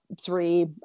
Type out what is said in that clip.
three